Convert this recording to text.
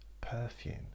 perfume